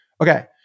Okay